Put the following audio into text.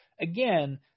again